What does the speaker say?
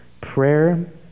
Prayer